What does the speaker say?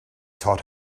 taught